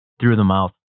through-the-mouth